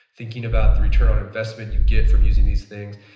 thinking about the return on investment you get from using these things,